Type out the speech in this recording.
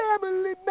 family